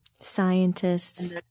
Scientists